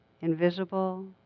invisible